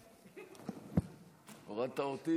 חזרנו,